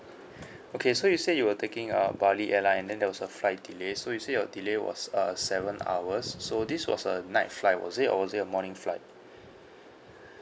okay so you say you were taking a bali airline and then there was a flight delay so you said your delay was uh seven hours so this was a night flight was it or was it a morning flight